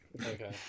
Okay